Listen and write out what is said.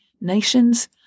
nations